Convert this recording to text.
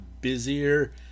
busier